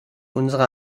unsere